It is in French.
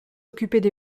occupaient